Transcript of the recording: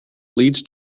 leads